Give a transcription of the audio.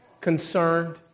Concerned